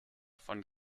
von